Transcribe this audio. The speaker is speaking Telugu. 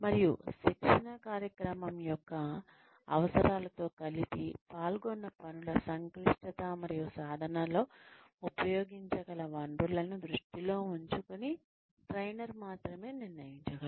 మరియు శిక్షణా కార్యక్రమం యొక్క అవసరాలతో కలిపి పాల్గొన్న పనుల సంక్లిష్టత మరియు సాధనలో ఉపయోగించగల వనరులను దృష్టిలో ఉంచుకుని ట్రైనర్ మాత్రమే నిర్ణయించగలడు